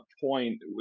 point